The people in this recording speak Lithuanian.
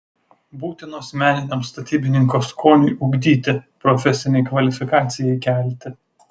būtinos meniniam statybininko skoniui ugdyti profesinei kvalifikacijai kelti